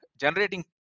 generating